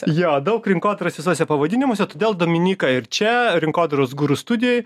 jo daug rinkodaros visuose pavadinimuose todėl dominyka ir čia rinkodaros guru studijoj